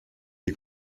die